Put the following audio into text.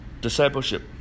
discipleship